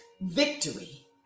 Victory